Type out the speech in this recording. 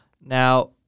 Now